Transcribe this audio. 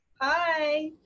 hi